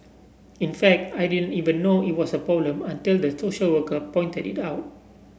in fact I didn't even know it was a problem until the social worker pointed it out